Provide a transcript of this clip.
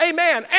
Amen